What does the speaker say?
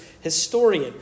historian